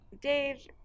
Dave